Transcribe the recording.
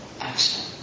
action